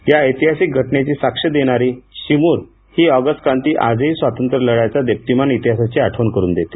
या ऐतिहासिक घटनेचे स्वाक्ष देणारी चिमूरची ही ऑगस्ट क्रांती आजही स्वातंत्र्य लढ्याचा देदिप्यमान इतिहासाची आठवण करून देते